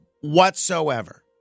whatsoever